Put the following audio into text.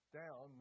down